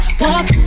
walk